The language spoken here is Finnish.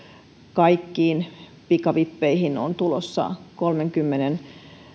kaikkiin pikavippeihin on tulossa kolmenkymmenen